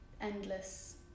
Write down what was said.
endless